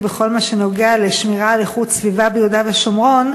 בכל מה שנוגע לשמירה על איכות סביבה ביהודה ושומרון.